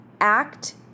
ACT